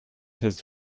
his